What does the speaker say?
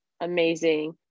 amazing